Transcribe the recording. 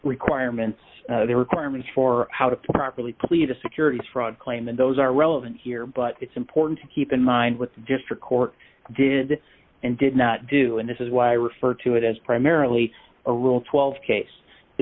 requirements their requirements for how to properly plead the securities fraud claim and those are relevant here but it's important to keep in mind what district court did and did not do and this is why i refer to it as primarily a rule twelve case the